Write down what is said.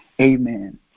amen